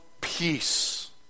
peace